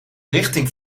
richting